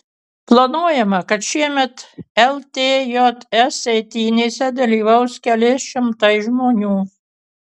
planuojama kad šiemet ltjs eitynėse dalyvaus keli šimtai žmonių